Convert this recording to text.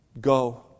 Go